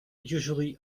usually